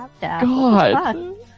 God